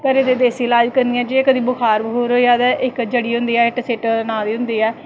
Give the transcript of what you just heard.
घरे दे देस्सी इलाज़ करनें आं जे कदैं बखार बखूर होई जा ते इक जड़ी होंदी ऐ इट्ट सिट्ट नां दी होंदी ऐ